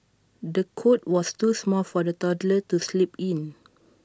the cot was too small for the toddler to sleep in